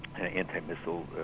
anti-missile